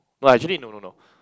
but actually no no no